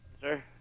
sir